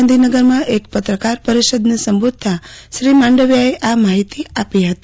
ગાંધીનગરમાં એક પત્રકાર પરિષદને સંબોધતાં શ્રી માંડવીયાએ આ માહિતી આપી હતી